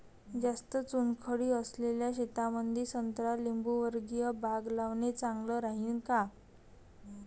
जास्त चुनखडी असलेल्या शेतामंदी संत्रा लिंबूवर्गीय बाग लावणे चांगलं राहिन का?